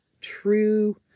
true